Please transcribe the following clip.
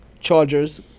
Chargers